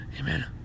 Amen